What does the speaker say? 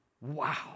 Wow